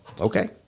Okay